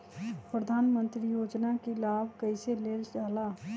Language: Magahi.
प्रधानमंत्री योजना कि लाभ कइसे लेलजाला?